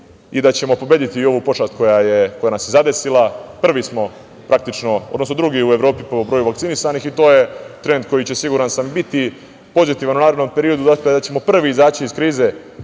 i da ćemo pobediti i ovu pošast koja nas je zadesila. Drugi smo u Evropi po broju vakcinisanih i to je trend koji će, siguran sam, biti pozitivan u narednom periodu, da ćemo prvi izaći iz krize